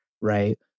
right